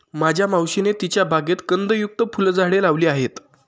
माझ्या मावशीने तिच्या बागेत कंदयुक्त फुलझाडे लावली आहेत